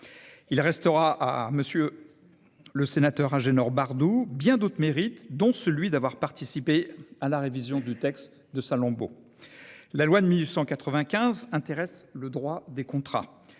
Il restera à M. le sénateur Agénor Bardoux bien d'autres mérites- dont celui d'avoir participé à la révision du texte de. La loi de 1895 intéresse le droit des contrats.